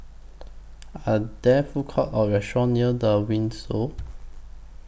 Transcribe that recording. Are There Food Courts Or restaurants near The Windsor